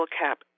cap